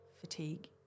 fatigue